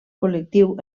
col·lectiu